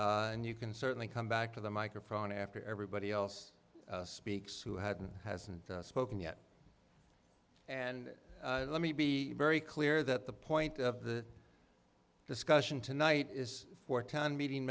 and you can certainly come back to the microphone after everybody else speaks who hadn't hasn't spoken yet and let me be very clear that the point of the discussion tonight is for town meeting